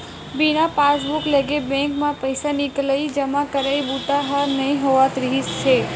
बिना पासबूक लेगे बेंक म पइसा निकलई, जमा करई बूता ह नइ होवत रिहिस हे